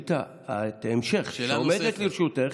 בשאלת ההמשך שעומדת לרשותך